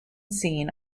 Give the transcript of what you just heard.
seen